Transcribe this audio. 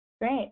Great